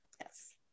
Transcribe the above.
yes